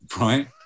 Right